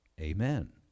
Amen